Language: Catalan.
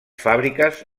fàbriques